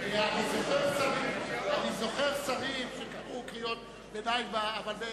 אני זוכר שרים שקראו קריאות ביניים, אבל במשורה.